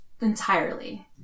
entirely